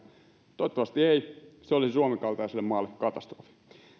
toivottavasti ei se olisi suomen kaltaiselle maalle katastrofi